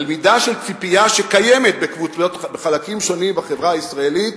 מאוד על מידה של ציפייה שקיימת בחלקים שונים בחברה הישראלית